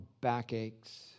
backaches